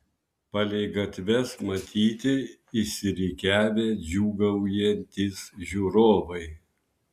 palei gatves matyti išsirikiavę džiūgaujantys žiūrovai